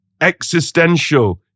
existential